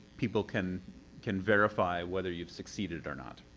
people can can verify whether you've succeeded or not.